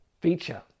feature